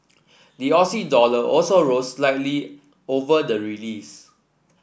the Aussie dollar also rose slightly over the release